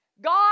God